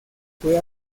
fue